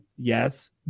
Yes